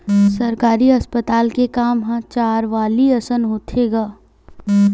सरकारी अस्पताल के काम ह चारवाली असन होथे गा